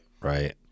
Right